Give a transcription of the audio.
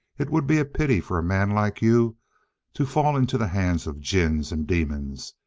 it would be a pity for a man like you to fall into the hands of jins and demons.